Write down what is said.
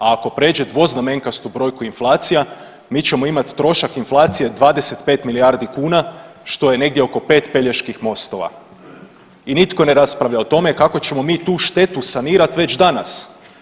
A ako pređe dvoznamenkastu brojku inflacija, mi ćemo imati trošak inflacije 25 milijardi kuna, što je negdje oko 5 Peljeških mostova i nitko ne raspravlja o tome kako ćemo mi tu štetu sanirati već danas.